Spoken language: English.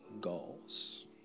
goals